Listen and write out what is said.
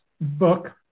book